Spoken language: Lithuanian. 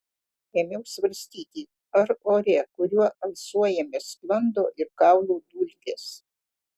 ėmiau svarstyti ar ore kuriuo alsuojame sklando ir kaulų dulkės